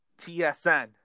TSN